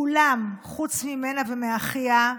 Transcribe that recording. כולם חוץ ממנה ומאחיה,